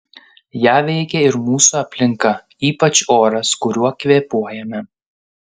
ją veikia ir mūsų aplinka ypač oras kuriuo kvėpuojame